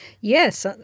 Yes